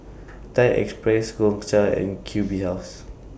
Thai Express Gongcha and Q B House